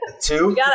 two